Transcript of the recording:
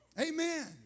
Amen